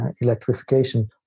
electrification